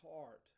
heart